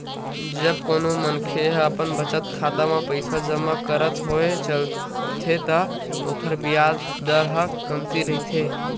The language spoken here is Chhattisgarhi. जब कोनो मनखे ह अपन बचत खाता म पइसा जमा करत होय चलथे त ओखर बियाज दर ह कमती रहिथे